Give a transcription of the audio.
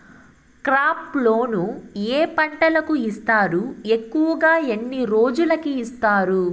crop loan ఏ పంటలకు ఇస్తారు ఎక్కువగా ఎన్ని రోజులకి ఇస్తారు